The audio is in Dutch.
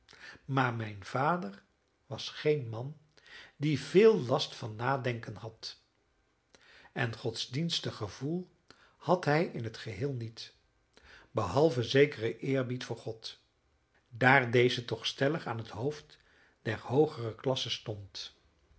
maar mijn vader was geen man die veel last van nadenken had en godsdienstig gevoel had hij in het geheel niet behalve zekeren eerbied voor god daar deze toch stellig aan het hoofd der hoogere klassen stond